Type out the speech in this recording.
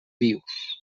vius